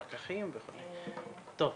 טוב.